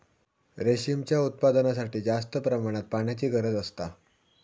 रेशीमच्या उत्पादनासाठी जास्त प्रमाणात पाण्याची गरज असता